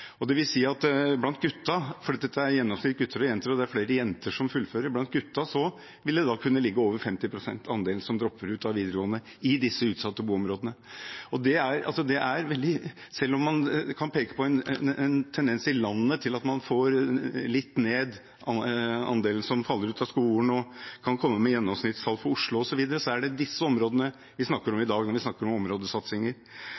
at blant guttene – for dette er gjennomsnittet av gutter og jenter, og det er flere jenter som fullfører – vil andelen som dropper ut av videregående, kunne ligge over 50 pst. i disse utsatte boområdene. Selv om man kan peke på en tendens i landet til at man får litt ned andelen som faller ut av skolen, og at man kan komme med gjennomsnittstall for Oslo osv., så er det disse områdene vi snakker om